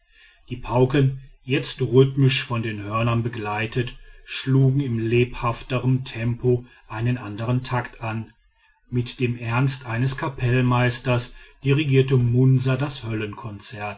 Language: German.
die pauken jetzt rhythmisch von den hörnern begleitet schlugen in lebhafterm tempo einen andern takt an mit dem ernst eines kapellmeisters dirigierte munsa das